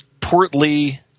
portly